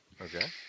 Okay